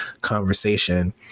conversation